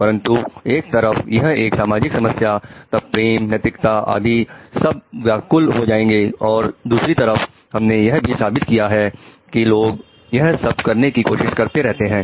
परंतु एक तरफ यह एक सामाजिक समस्या तब प्रेम नैतिकता आदि सब व्याकुल हो जाएंगे और दूसरी तरफ हमने यह भी साबित किया है कि लोग यह सब करने की कोशिश करते रहते है